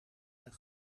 zijn